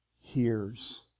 hears